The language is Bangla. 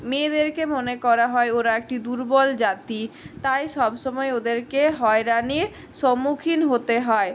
মেয়েদেরকে মনে করা হয় ওরা একটি দুর্বল জাতি তাই সবসময় ওদেরকে হয়রানির সম্মুখীন হতে হয়